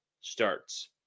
starts